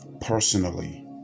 personally